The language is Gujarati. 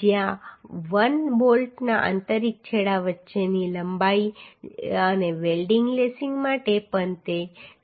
જ્યાં l બોલ્ટના આંતરિક છેડા વચ્ચેની લંબાઈ છે જમણે અને વેલ્ડિંગ લેસિંગ માટે પણ તે 0